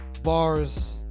Bars